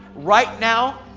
right now.